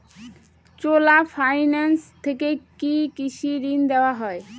চোলা finance থেকে কি কৃষি ঋণ দেওয়া হয়?